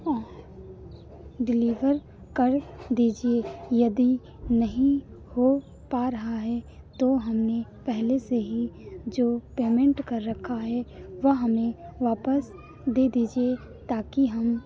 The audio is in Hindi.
वह डिलीवर कर दीजिए यदि नहीं हो पा रहा है तो हमने पहले से ही जो पेमेंट कर रखा है वह हमें वापस दे दीजिए ताकि हम